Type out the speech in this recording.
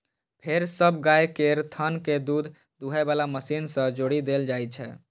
फेर सब गाय केर थन कें दूध दुहै बला मशीन सं जोड़ि देल जाइ छै